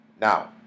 Now